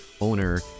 Owner